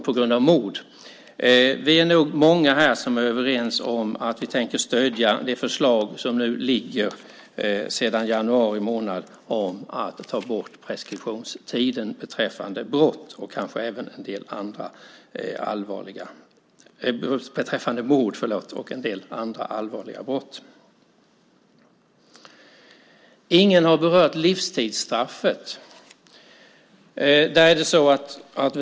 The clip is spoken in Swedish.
Många av oss är nog överens om att vi tänker stödja det förslag som sedan januari månad ligger om att ta bort preskriptionstiden beträffande mord och en del andra allvarliga brott. Livstidsstraffet har ingen berört.